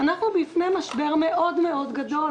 אנחנו בפני משבר מאוד-מאוד גדול,